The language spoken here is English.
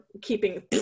keeping